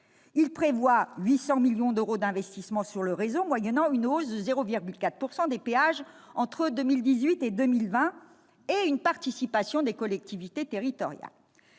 Ils prévoyaient 800 millions d'euros d'investissements sur le réseau moyennant une hausse de 0,4 % des péages entre 2018 et 2020 et une participation des collectivités territoriales.